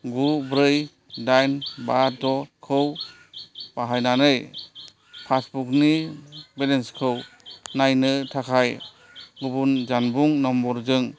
गु ब्रै दाइन बा द' खौ बाहायनानै पासबुकनि बेलेन्सखौ नायनो थाखाय गुबुन जानबुं नम्बरजों